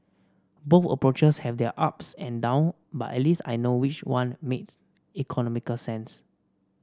both approaches have their ups and down but at least I know which one makes economical sense